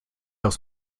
aus